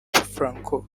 franc